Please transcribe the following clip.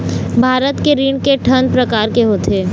भारत के ऋण के ठन प्रकार होथे?